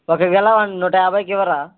ఒక గెల వన్ నూట యాభైకి ఇవ్వరా